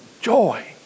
Joy